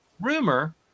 Rumor